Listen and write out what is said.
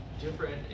different